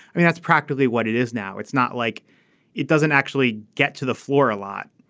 i mean that's practically what it is now. it's not like it doesn't actually get to the floor a lot.